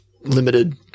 limited